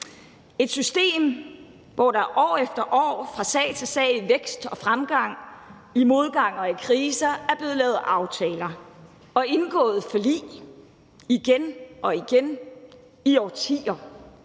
et system, hvor der år efter år, fra sag til sag og i vækst og fremgang og i modgang og kriser er blevet lavet aftaler og indgået forlig igen og igen i årtier,